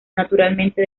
naturalmente